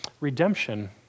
redemption